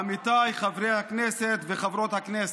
עמיתיי חברי הכנסת וחברות הכנסת,